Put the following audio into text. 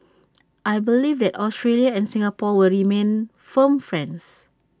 I believe that Australia and Singapore will remain firm friends